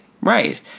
Right